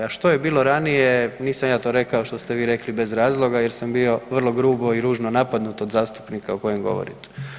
A što je bilo ranije, nisam ja to rekao što ste vi rekli bez razloga jer sam bio vrlo grubo i ružno napadnut od zastupnika o kojem govorite.